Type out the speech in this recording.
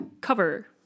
cover